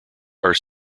are